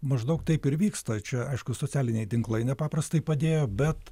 maždaug taip ir vyksta čia aišku socialiniai tinklai nepaprastai padėjo bet